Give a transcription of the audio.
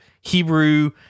Hebrew